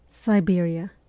Siberia